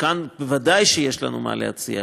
כאן בוודאי יש לנו מה להציע,